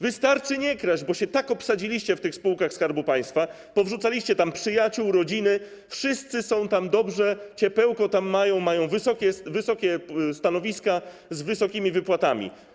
Wystarczy nie kraść, bo tak się obsadziliście w tych spółkach Skarbu Państwa, powrzucaliście tam przyjaciół, rodziny, wszystkim jest tam dobrze, ciepełko tam mają, mają wysokie stanowiska z wysokimi wypłatami.